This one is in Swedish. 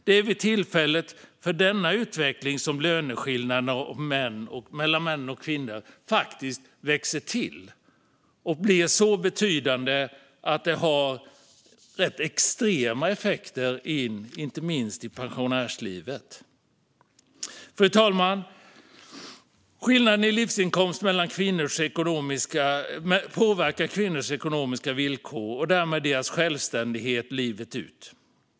Det är vid tillfället för denna utveckling som löneskillnaderna mellan män och kvinnor växer och blir så betydande att det får rätt extrema effekter, inte minst på pensionärslivet. Fru talman! Skillnaden i livsinkomst påverkar kvinnors ekonomiska villkor och därmed deras självständighet livet ut.